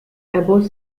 above